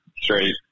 straight